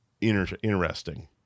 interesting